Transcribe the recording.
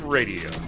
Radio